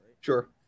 Sure